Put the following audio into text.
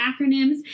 acronyms